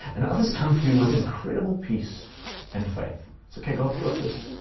and others come through with incredible peace and faith. it's okay god's got this.